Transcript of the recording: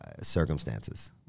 circumstances